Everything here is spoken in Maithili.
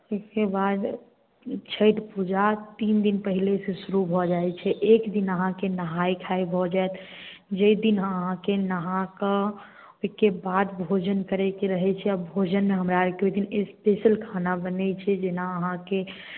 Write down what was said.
ओहिके बाद छठि पूजा तीन दिन पहिले से शुरू भऽ जाइत छै एक दिन अहाँकेँ नहाए खाए भऽ जाएत जाहि दिन अहाँकेँ नहाकऽ ओहिके बाद भोजन करैके रहैत छै भोजन हमरा एको दिन स्पेशल खाना बनैत छै जेना अहाँकेँ